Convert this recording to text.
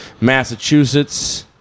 Massachusetts